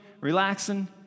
relaxing